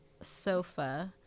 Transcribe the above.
sofa